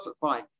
fine